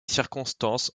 circonstances